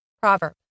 Proverb